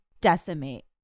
decimate